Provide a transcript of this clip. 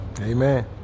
Amen